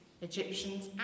Egyptians